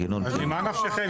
אז בשביל מה מבטיחים?